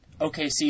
OKC